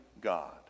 God